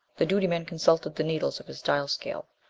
the duty man consulted the needles of his dial scale.